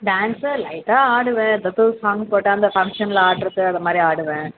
டான்ஸ்ஸை லைட்டாக ஆடுவேன் எதாவது ஒரு சாங் போட்டால் இந்த ஃபங்ஷனில் ஆடுறது அது மாதிரி ஆடுவேன்